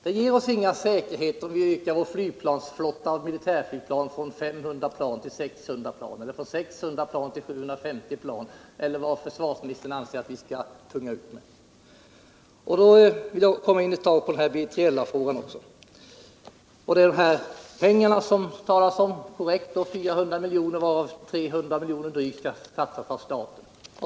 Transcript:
Vi får inga säkerheter om vi ökar vår flygplansflotta av militärflygplan från 500 plan till 600 plan eller från 600 plan till 700 plan, eller vad försvarsministern anser att vi skall punga ut med. I B3LA-frågan talas om pengar, korrekt 400 miljoner varav drygt 300 miljoner skall satsas av staten.